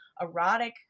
erotic